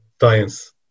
science